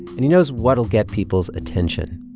and he knows what'll get people's attention.